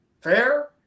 fair